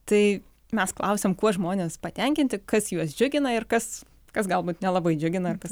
tai mes klausėm kuo žmonės patenkinti kas juos džiugina ir kas kas galbūt nelabai džiugina ar kas